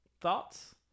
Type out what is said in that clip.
thoughts